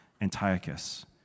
Antiochus